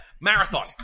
marathon